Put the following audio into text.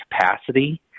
capacity